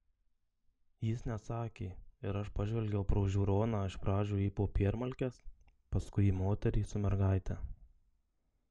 jis neatsakė ir aš pažvelgiau pro žiūroną iš pradžių į popiermalkes paskui į moterį su mergaite